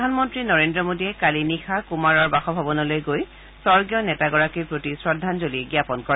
প্ৰধানমন্ত্ৰী নৰেন্দ্ৰ মোডীয়ে কালি নিশা শ্ৰীকুমাৰৰ বাসভৱনলৈ গৈ স্বৰ্গীয় নেতাগৰাকীৰ প্ৰতি শ্ৰদ্ধাঞ্জলি জাপন কৰে